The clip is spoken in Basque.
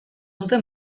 dute